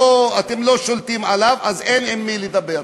אתם לא שולטים עליו, אז אין עם מי לדבר.